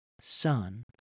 son